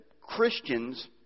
Christians